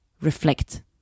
reflect